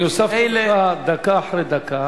אני הוספתי לך דקה אחרי דקה.